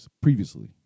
previously